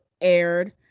aired